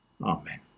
Amen